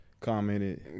commented